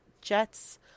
Jets